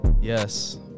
yes